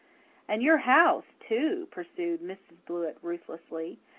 and your house, too, pursued mrs. blewett ruthlessly.